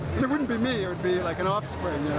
it wouldn't be me, it'd be like an off-spring.